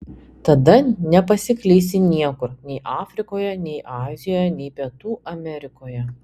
tada nepasiklysi niekur nei afrikoje nei azijoje nei pietų amerikoje